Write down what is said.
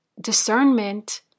discernment